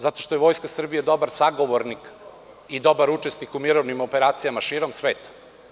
Zato što je Vojska Srbije dobar sagovornik i dobar učesnik u mirovnim operacijama širom sveta.